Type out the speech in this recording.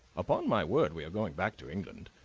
upon my word, we are going back to england.